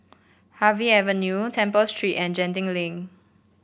Harvey Avenue Temple Street and Genting Link